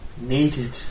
needed